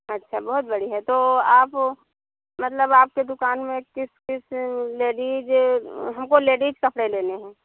अच्छा बहुत बड़ी है तो आप मतलब आपके दुकान मे किस किस लेडीज हमको लेडीज कपड़े लेने है